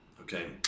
okay